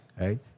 Right